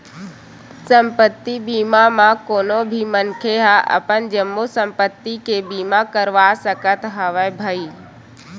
संपत्ति बीमा म कोनो भी मनखे ह अपन जम्मो संपत्ति के बीमा करवा सकत हवय भई